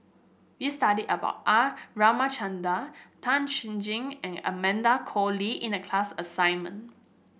we studied about R Ramachandran Tan Chen Jin and Amanda Koe Lee in the class assignment